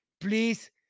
Please